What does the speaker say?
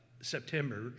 September